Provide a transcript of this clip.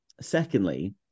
Secondly